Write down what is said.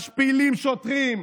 משפילים שוטרים,